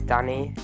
Danny